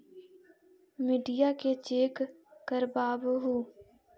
मिट्टीया के चेक करबाबहू?